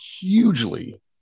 hugely